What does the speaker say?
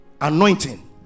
anointing